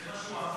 זה מה שהוא אמר?